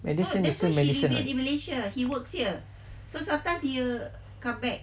medicine also medicine [what]